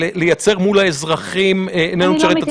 לייצר מול האזרחים אינו משרת את הציבור והכול.